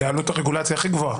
זו עלות הרגולציה הכי גבוהה.